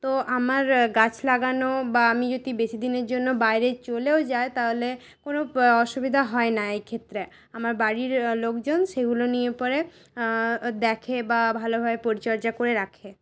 তো আমার গাছ লাগানো বা আমি যদি বেশী দিনের জন্য বাইরে চলেও যাই তাহলে কোনো অসুবিধা হয় না এই ক্ষেত্রে আমার বাড়ির লোকজন সেগুলো নিয়ে পরে দেখে বা ভালোভাবে পরিচর্চা করে রাখে